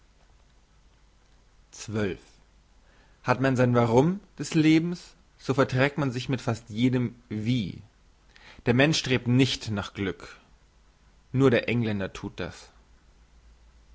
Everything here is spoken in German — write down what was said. hat man sein warum des lebens so verträgt man sich fast mit jedem wie der mensch strebt nicht nach glück nur der engländer thut das